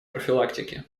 профилактики